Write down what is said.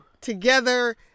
together